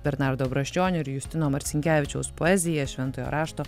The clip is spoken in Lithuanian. bernardo brazdžionio ir justino marcinkevičiaus poezija šventojo rašto